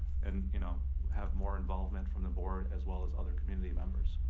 and you know have more involvement from the board as well as other community members.